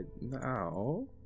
now